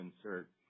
insert